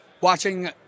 watching